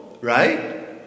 right